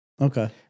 Okay